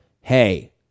Hey